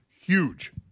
huge